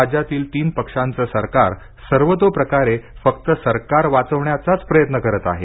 राज्यातील तीन पक्षांचं सरकार सर्वतोप्रकारे फक्त सरकार वाचविण्याचाच प्रयत्न करत आहे